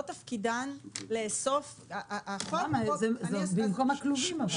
לא תפקידן לאסוף -- אבל זה במקום הכלובים.